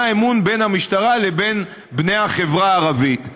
אמון בין המשטרה לבין בני החברה הערבית.